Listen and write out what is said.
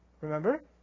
Remember